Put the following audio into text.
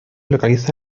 localiza